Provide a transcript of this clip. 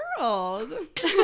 world